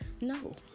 No